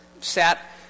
sat